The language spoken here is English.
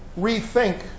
rethink